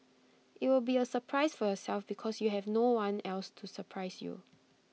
IT will be A surprise for yourself because you have no one else to surprise you